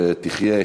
שתחיה,